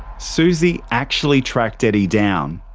suzie actually tracked eddie down.